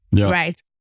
right